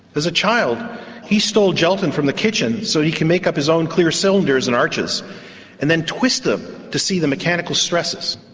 as a child he stole gelatine from the kitchen so he could make up his own clear cylinders and arches and then twist them to see the mechanical stresses.